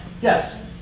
Yes